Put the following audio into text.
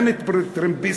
אין לטרמפיסט,